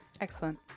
Excellent